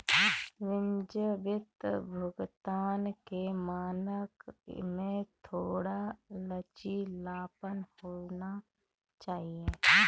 विलंबित भुगतान के मानक में थोड़ा लचीलापन होना चाहिए